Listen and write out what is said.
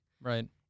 Right